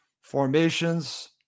formations